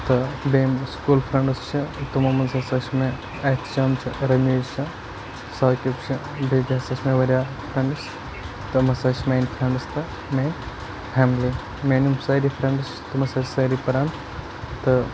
تہٕ بیٚیہِ یِم مےٚ سکوٗل فرینٛڈس چھِ تِمو منٛز ہسا چھِ مےٚ احتِشام چھِ رَمیٖض چھِ ساقِب چھِ بیٚیہِ تہِ ہسا چھِ مےٚ واریاہ فرینٛڈس تِم ہسا چھِ میٛٲنۍ فرینٛڈس تہٕ میٛٲنۍ فیملی میٛٲنۍ یِم سٲری فرینٛڈس تِم ہسا چھِ سٲری پَران تہٕ